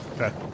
Okay